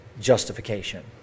justification